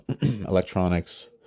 electronics